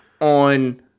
on